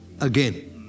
again